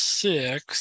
six